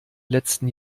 letzten